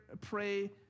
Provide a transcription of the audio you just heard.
pray